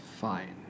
fine